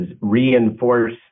reinforce